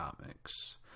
Comics